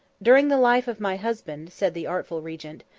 during the life of my husband, said the artful regent,